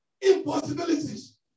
impossibilities